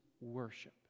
worship